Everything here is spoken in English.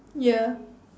ya